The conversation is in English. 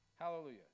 Hallelujah